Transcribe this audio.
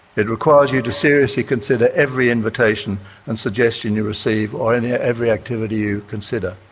it requires you to seriously consider every invitation and suggestion you receive or every activity you consider.